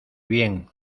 bien